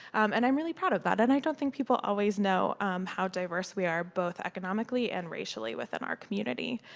and i'm really proud of that and i don't think people always know how diverse we are both economically and racially within our community.